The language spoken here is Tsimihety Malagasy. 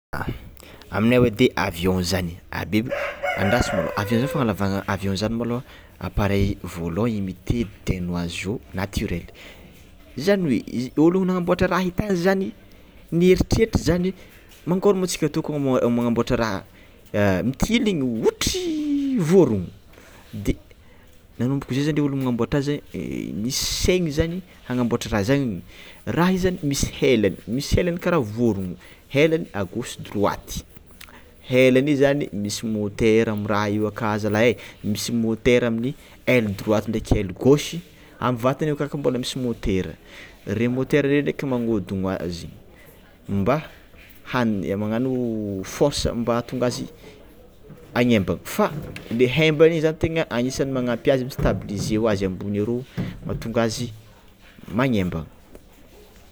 Aminay o edy e avion zany, ah be- andraso môloha avion zany fanalavana, avion zany molo: appareil volant imité d'un oiseau naturel, zany hoe volohany nangnambotra raha io tainy zany nieritreritry zany mankôry moa tsika magna-magnamboatra raha mitiligny ohatry vôrogno de nanomboka izay zany ireo ôlô nagnamboatra nisy aigny hamboatry raha zany, raha io zany misy helany misy helany karaha vorogno helany à gauche droity, helany io zany misy moteur amy raha io akao zala e misy moteur amin'ny helany droity ndraiky aile gauche amin'ny vatany akao koa mbola misy môtera, regny moteur regny ndreky mannodigna azy mba han- magnano force mba hatônga azy hagnembana fa le hembagny igny zany tegna agnisan'ny magnampy azy mistabilisé hoazy ambony ero mahatonga azy mangembana.